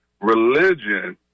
religion